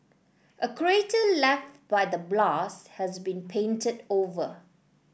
a crater left by the blast has been painted over